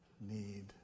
need